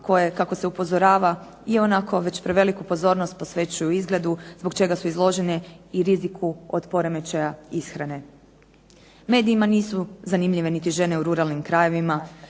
koje kako se upozorava ionako već preveliku pozornost posvećuju izgledu, zbog čega su izložene i riziku od poremećaja ishrane. Medijima nisu zanimljive niti žene u ruralnim krajevima,